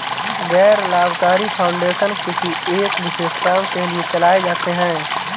गैर लाभकारी फाउंडेशन किसी एक विशेष काम के लिए चलाए जाते हैं